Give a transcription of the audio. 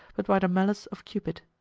but by the malice of cupid.